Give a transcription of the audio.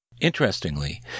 Interestingly